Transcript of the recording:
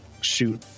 shoot